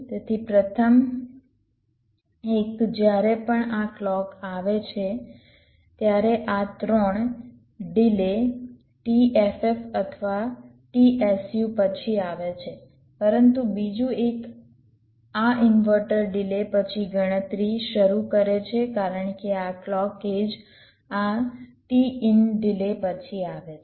તેથી પ્રથમ 1 જ્યારે પણ આ ક્લૉક આવે ત્યારે આ 3 ડિલે t ff અથવા t su પછી આવે છે પરંતુ બીજું એક આ ઇન્વર્ટર ડિલે પછી ગણતરી શરૂ કરે છે કારણ કે આ ક્લૉક એડ્જ આ t in ડિલે પછી આવે છે